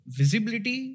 visibility